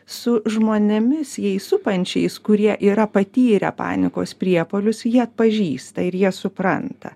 su žmonėmis jais supančiais kurie yra patyrę panikos priepuolius jie atpažįsta ir jie supranta